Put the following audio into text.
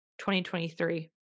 2023